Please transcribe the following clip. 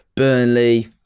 Burnley